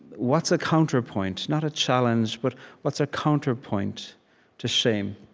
what's a counterpoint, not a challenge, but what's a counterpoint to shame?